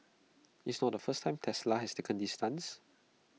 it's not the first time Tesla has taken this stance